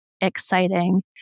exciting